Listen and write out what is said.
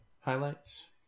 highlights